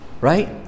right